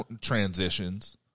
transitions